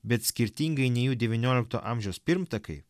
bet skirtingai nei jų devyniolikto amžiaus pirmtakai